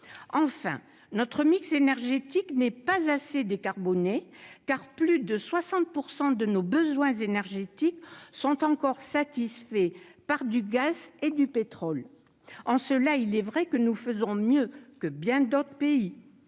enfin notre mix énergétique n'est pas assez décarboner car plus de 60 % de nos besoins énergétiques sont encore satisfaits par du gaz et du pétrole en cela il est vrai que nous faisons mieux que bien d'autres pays